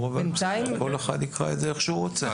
אבל כל אחד יקרא את זה איך הוא רוצה.